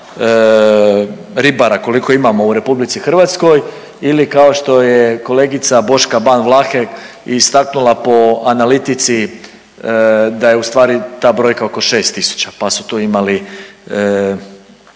ribara koliko imamo u RH ili kao što je kolegica Boška Ban Vlahek istaknula po analitici da je u stvari ta brojka oko 6.000 pa su tu imali